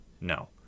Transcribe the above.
no